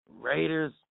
Raiders